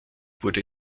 wurde